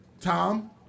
Tom